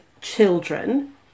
children